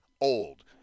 old